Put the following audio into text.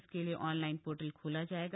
इसके लिए online portal खोला जाएगा